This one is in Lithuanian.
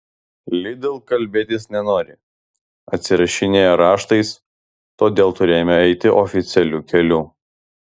lidl kalbėtis nenori atsirašinėja raštais todėl turėjome eiti oficialiu keliu